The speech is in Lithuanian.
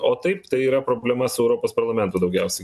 o taip tai yra problema su europos parlamentu daugiausiai